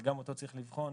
אבל גם אותו צריך לבחון